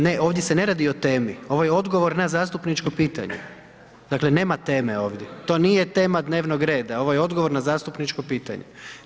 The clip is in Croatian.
Ne, ovdje se ne radi o temi, ovo je odgovor na zastupničko pitanje, dakle nema tema ovdje, to nije tama dnevnog reda, ovo je odgovor na zastupničko pitanje.